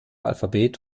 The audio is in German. alphabet